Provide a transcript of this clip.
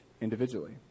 individually